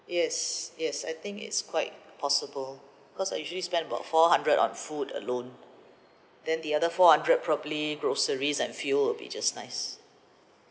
yes yes I think it's quite possible cause I usually spend about four hundred on food alone then the other four hundred probably groceries and fuel will be just nice